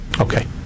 Okay